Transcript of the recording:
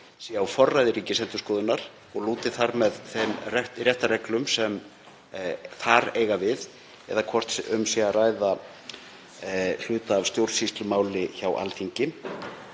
á forræði Ríkisendurskoðunar og lúti þar með þeim réttarreglum sem þar eiga við eða hvort um sé að ræða hluta af stjórnsýslumáli hjá Alþingi.